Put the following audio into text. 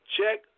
Check